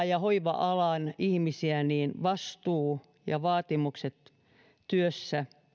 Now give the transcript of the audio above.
ja hoiva alan ihmisiä niin vastuu ja vaatimukset työssä